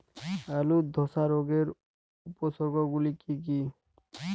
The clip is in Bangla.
আলুর ধসা রোগের উপসর্গগুলি কি কি?